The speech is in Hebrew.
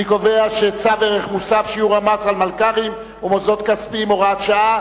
אני קובע שצו ערך מוסף (שיעור המס על עסקה ועל יבוא טובין) (הוראת שעה)